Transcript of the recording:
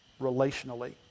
relationally